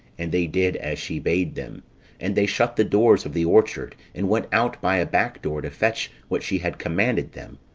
and they did as she bade them and they shut the doors of the orchard, and went out by a back door to fetch what she had commanded them,